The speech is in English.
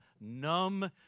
numb